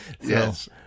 Yes